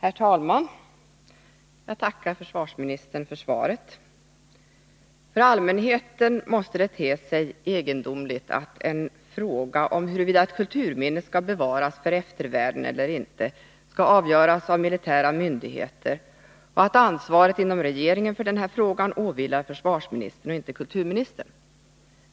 Herr talman! Jag tackar försvarsministern för svaret. För allmänheten måste det te sig egendomligt att en fråga om huruvida ett kulturminne skall bevaras för eftervärlden eller ej skall avgöras av militära myndigheter och att ansvaret inom regeringen åvilar försvarsministern och inte kulturministern.